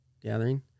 Gathering